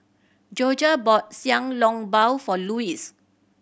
Jorja bought long bao for Luis